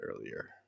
earlier